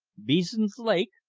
bees'n lake!